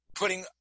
putting